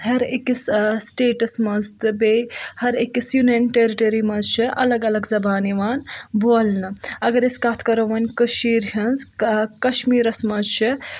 ہَر أکِس سِٹیٹَس منٛز تہٕ بیٚیہِ ہَر أکِس یونِیَن ٹیرِٹری منٛز چھِ الگ الگ زبانہٕ یِوان بولنہٕ اگر أسۍ کَتھ کَرو وۄنۍ کٔشیٖر ہِنز کا کَشمیٖرَس منٛز چھےٚ